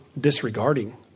disregarding